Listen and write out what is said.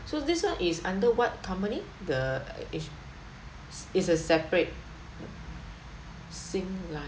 so this [one] is under what company the each is a separate sing lai~